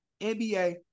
NBA